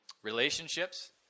Relationships